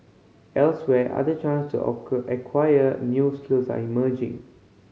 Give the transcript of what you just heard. elsewhere other chances to acquire news skills are emerging